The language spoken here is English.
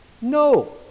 No